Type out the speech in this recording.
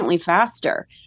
faster